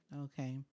Okay